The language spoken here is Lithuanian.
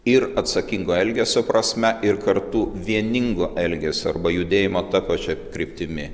ir atsakingo elgesio prasme ir kartu vieningo elgesio arba judėjimo ta pačia kryptimi